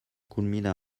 culmina